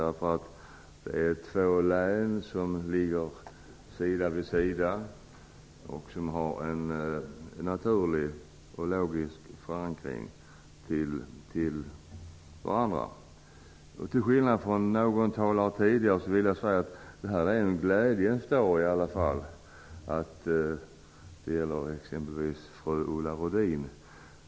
Det är fråga om två län som ligger sida vid sida och som har en naturlig och logisk förankring till varandra. Till skillnad från vad någon talare tidigare sade, vill jag säga att detta är en glädjens dag. Det gäller t.ex. fru Ulla Rudin.